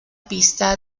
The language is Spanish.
pista